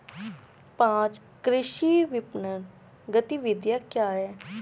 पाँच कृषि विपणन गतिविधियाँ क्या हैं?